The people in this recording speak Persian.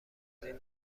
توضیح